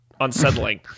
unsettling